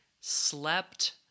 Slept